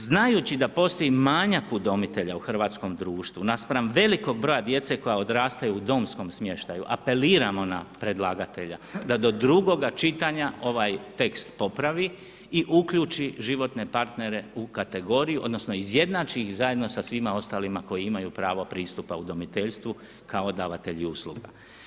Zato znajući da postoji manjak udomitelja u hrvatskom društvu naspram velikog broja djece koja odrastaju u domskom smještaju, apeliramo na predlagatelja da do drugoga čitanja ovaj tekst popravi i uključi životne partnere u kategoriju odnosno izjednači ih zajedno sa svima ostalima koji imaju prav pristupa udomiteljstvu kao davatelju usluga.